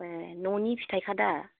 ए न'नि फिथाइखा दा